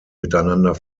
miteinander